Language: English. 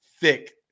thick